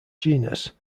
genus